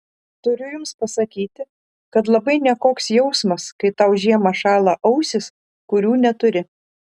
turiu jums pasakyti kad labai nekoks jausmas kai tau žiemą šąla ausys kurių neturi